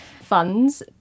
funds